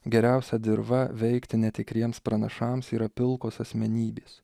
geriausia dirva veikti netikriems pranašams yra pilkos asmenybės